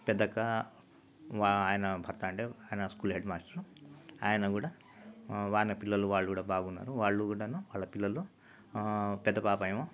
పెద్దక్క వా ఆయన భర్త అంటే ఆయన స్కూల్ హెడ్ మాస్టరు ఆయన కూడా బాగానే పిల్లలు వాళ్ళు కూడా బాగున్నారు వాళ్ళు కూడాను వాళ్ళ పిల్లలు పెద్ద పాప ఏమో